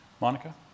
Monica